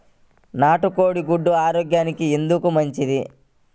నాటు కోడి గుడ్లు ఆరోగ్యానికి ఎందుకు మంచిది?